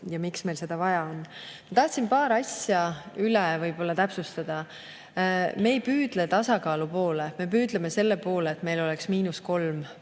ja miks meil seda vaja on. Ma tahtsin paar asja üle täpsustada. Me ei püüdle tasakaalu poole, me püüdleme selle poole, et meil oleks –3%